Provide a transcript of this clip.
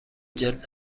جلد